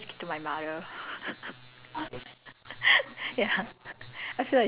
maybe he don't know how to manage the money no maybe he don't know how to manage the money maybe I give to my mother